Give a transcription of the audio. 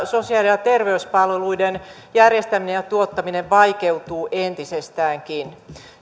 sosiaali ja ja terveyspalveluiden järjestäminen ja tuottaminen vaikeutuvat entisestäänkin